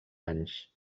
anys